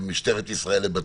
משטרת ישראל לבתים,